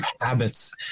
habits